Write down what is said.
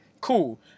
Cool